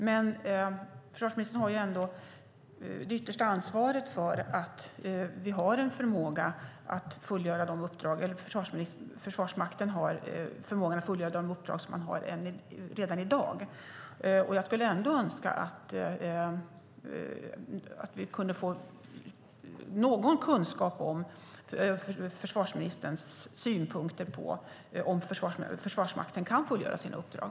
Men försvarsministern har ändå det yttersta ansvaret för att Försvarsmakten har förmåga att fullgöra de uppdrag som man har redan i dag. Jag skulle önska att vi kunde få någon kunskap om försvarsministerns synpunkter på om Försvarsmakten kan fullgöra sina uppdrag.